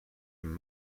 een